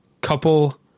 couple